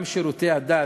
גם שירותי הדת,